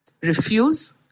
Refuse